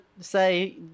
say